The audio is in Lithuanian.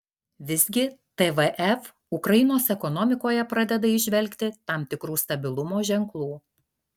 visgi tvf ukrainos ekonomikoje pradeda įžvelgti tam tikrų stabilumo ženklų